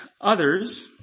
others